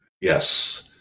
Yes